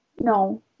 no